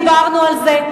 דיברנו על זה.